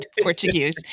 Portuguese